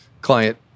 client